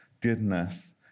goodness